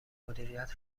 مدیریت